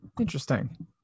Interesting